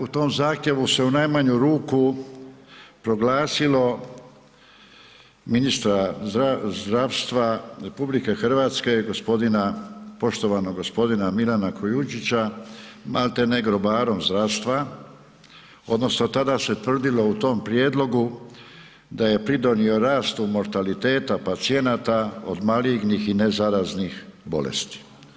U tom zahtjevu u najmanju ruku proglasilo ministra zdravstva RH poštovanog gospodina Milana Kujundžića maltene grobarom zdravstva odnosno tada se tvrdilo u tom prijedlogu da je pridonio rastu mortaliteta pacijenata od malignih i ne zaraznih bolesti.